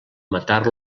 matar